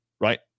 right